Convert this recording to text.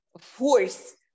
force